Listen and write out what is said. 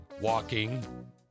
walking